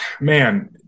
man